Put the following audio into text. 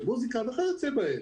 במוסיקה וכיוצא באלה.